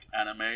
anime